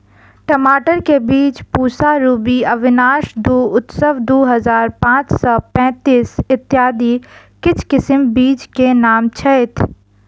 टमाटर केँ बीज पूसा रूबी, अविनाश दु, उत्सव दु हजार पांच सै पैतीस, इत्यादि किछ किसिम बीज केँ नाम छैथ?